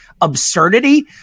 absurdity